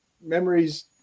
memories